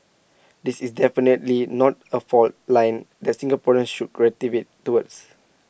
this is definitely not A fault line that Singaporeans should gravitate towards